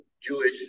Jewish